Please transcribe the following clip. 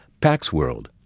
PaxWorld